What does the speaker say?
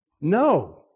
No